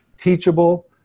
teachable